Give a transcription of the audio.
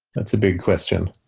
that's a big question.